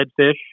redfish